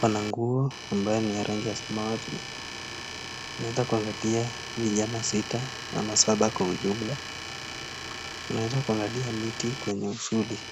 wana nguo ambayo ni rangi ya samawati naeza kuangalia vijana sita ama saba kwa ujumla naeza kuangalia miti kwenye uvuli.